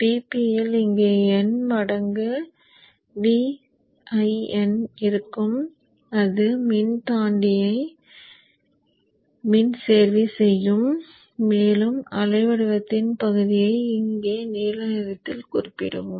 Vp இல் இங்கே n மடங்கு Vin இருக்கும் அது மின்தூண்டியை மின் சேர்வி செய்யும் மேலும் அலைவடிவத்தின் பகுதியை இங்கே நீல நிறத்தில் குறிப்பிடுவோம்